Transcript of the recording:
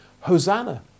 Hosanna